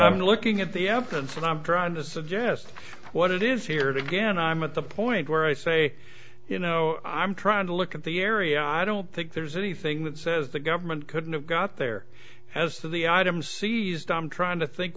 to looking at the evidence and i'm trying to suggest what it is here again i'm at the point where i say you know i'm trying to look at the area i don't think there's anything that says the government couldn't have got there as to the items seized i'm trying to think